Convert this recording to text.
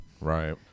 Right